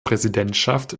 präsidentschaft